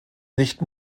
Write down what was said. nicht